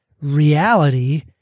reality